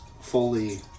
fully